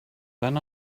then